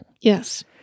Yes